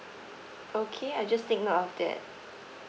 okay I just take note of that